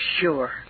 sure